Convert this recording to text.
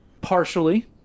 partially